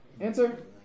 Answer